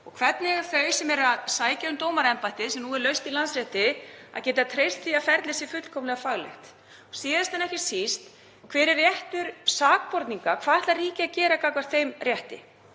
og hvernig eiga þau sem sækja um dómaraembættið sem nú er laust í Landsrétti, að geta treyst því að ferlið sé fullkomlega faglegt? Og síðast en ekki síst: Hver er réttur sakborninga? Hvað ætlar ríkið að gera gagnvart þeim rétti?